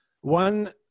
One